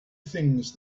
things